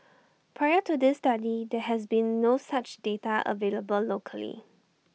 prior to this study there has been no such data available locally